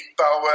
power